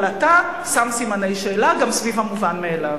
אבל אתה שם סימני שאלה גם סביב המובן מאליו.